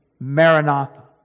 Maranatha